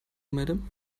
madam